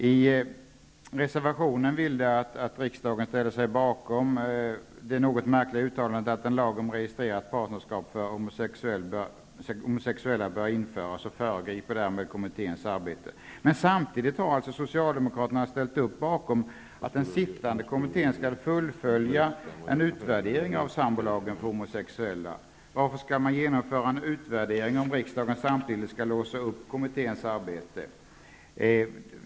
I reservationen vill de att riksdagen ställer sig bakom det något märkliga uttalandet att en lag om registrerat partnerskap för homosexuella bör införas och föregriper därmed kommitténs arbete. Samtidigt har alltså Socialdemokraterna ställt sig bakom att den sittande kommittén skall fullfölja en utvärdering av sambolagen för homosexuella. Varför skall man genomföra en utvärdering, om riksdagen samtidigt skall låsa kommitténs arbete?